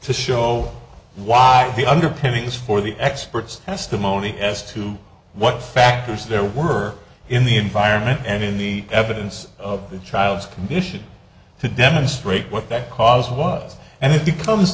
to show why the underpinnings for the experts testimony as to what factors there were in the environment and in the evidence of the child's condition to demonstrate what that cause was and it becomes